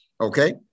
okay